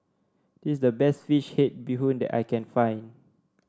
this is the best fish head Bee Hoon that I can find